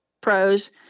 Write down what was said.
pros